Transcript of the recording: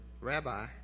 Rabbi